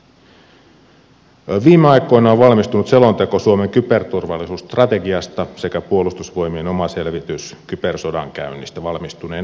viime aikoina on valmistunut selonteko suomen kyberturvallisuusstrategiasta sekä puolustusvoimien oma selvitys kybersodankäynnistä valmistunee näinä päivinä